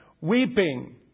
weeping